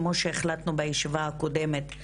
כמו שהחלטנו בישיבה הקודמת,